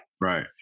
Right